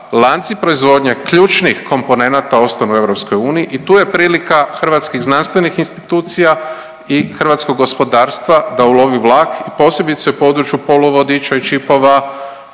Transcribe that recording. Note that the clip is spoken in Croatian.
lanci proizvodnje ključnih komponenata ostanu u EU i tu je prilika hrvatskih znanstvenih institucija i hrvatskog gospodarstva da ulovi vlak i posebice u području poluvodiča i čipova